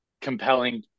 compelling